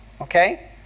Okay